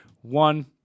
one